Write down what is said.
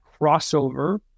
crossover